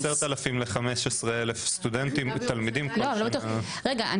יש לנו בין 10,000-15,000 סטודנטים תלמידים כל שנה- -- רגע,